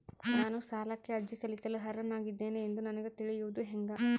ನಾನು ಸಾಲಕ್ಕೆ ಅರ್ಜಿ ಸಲ್ಲಿಸಲು ಅರ್ಹನಾಗಿದ್ದೇನೆ ಎಂದು ನನಗ ತಿಳಿಯುವುದು ಹೆಂಗ?